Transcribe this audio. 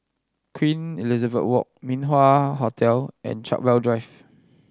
Queen Elizabeth Walk Min Wah Hotel and Chartwell Drive